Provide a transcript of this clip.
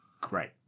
great